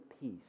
peace